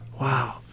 wow